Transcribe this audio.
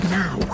now